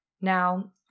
Now